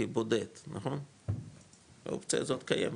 כבודד, האופציה הזאת קיימת